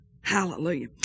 Hallelujah